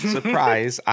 Surprise